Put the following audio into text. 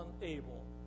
unable